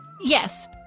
Yes